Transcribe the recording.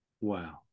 Wow